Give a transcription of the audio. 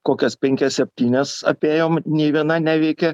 kokias penkias septynias apėjom nė viena neveikė